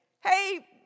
hey